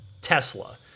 Tesla